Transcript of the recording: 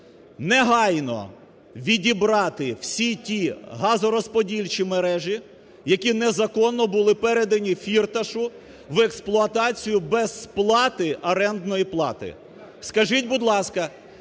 негайно відібрати всі ті газорозподільчі мережі, які незаконно були передані Фірташу в експлуатацію без сплати орендної плати. Скажіть, будь ласка,